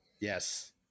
yes